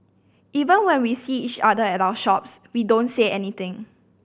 even when we see each other at our shops we don't say anything